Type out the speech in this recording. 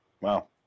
Wow